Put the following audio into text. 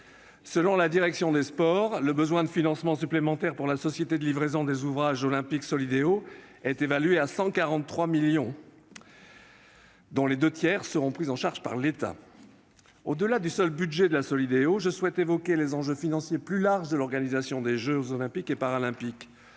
Selon la direction des sports, le besoin de financement supplémentaire pour la Société de livraison des ouvrages olympiques (Solideo) est évalué à 143 millions d'euros, dont les deux tiers seront pris en charge par l'État. Au-delà du seul budget de la Solideo, j'évoquerai les enjeux financiers plus larges de l'organisation des jeux Olympiques et Paralympiques.